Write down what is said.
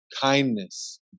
kindness